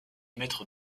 maître